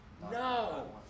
No